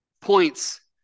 points